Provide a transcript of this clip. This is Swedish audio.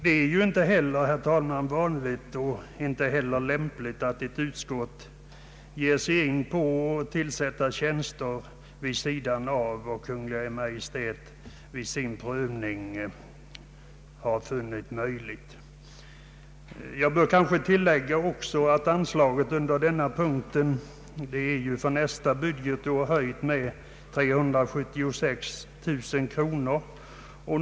Det är ju heller inte, herr talman, vanligt eller lämpligt att ett utskott föreslår tillsättande av tjänster vid sidan av vad Kungl. Maj:t vid sin prövning har funnit möjligt. Jag bör kanske tillägga att anslaget under denna punkt för nästa budgetår är höjt med 376 000 kronor.